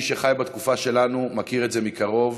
מי שחי בתקופה שלנו מכיר את זה מקרוב,